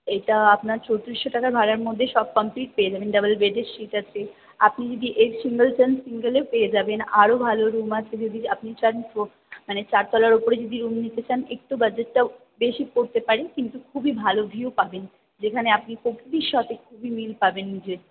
এটা আপনার ছত্রিশশো টাকা ভাড়ার মধ্যেই সব কমপ্লিট পেয়ে যাবেন ডাবল বেডের সিট আছে আপনি যদি এর সিঙ্গল চান সিঙ্গেলও পেয়ে যাবেন আরও ভালো রুম আছে যদি আপনি চান ফোর্থ মানে চারতলার উপরে যদি রুম নিতে চান একটু বাজেটটাও বেশি পড়তে পারে কিন্তু খুবই ভালো ভিউ পাবেন যেখানে আপনি প্রকৃতির সাথে খুবই মিল পাবেন নিজের